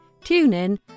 TuneIn